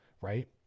right